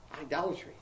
Idolatry